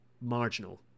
marginal